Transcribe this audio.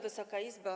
Wysoka Izbo!